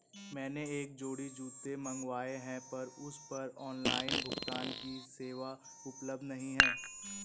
मैंने एक जोड़ी जूते मँगवाये हैं पर उस पर ऑनलाइन भुगतान की सेवा उपलब्ध नहीं है